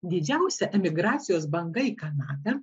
didžiausia emigracijos banga į kanadą